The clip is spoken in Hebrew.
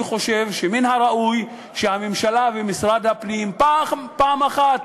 אני חושב שמן הראוי שהממשלה ומשרד הפנים פעם אחת